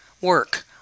work